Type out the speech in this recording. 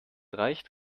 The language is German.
reicht